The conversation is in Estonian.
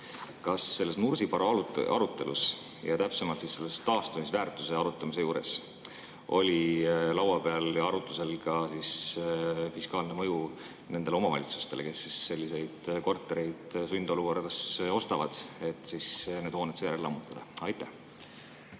Kas selles Nursipalu arutelus, täpsemalt taastamisväärtuse arutamise juures, oli laua peal ja arutlusel ka fiskaalne mõju nendele omavalitsustele, kes selliseid kortereid sundolukorras ostavad, et need hooned seejärel lammutada? Aitäh!